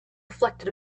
reflected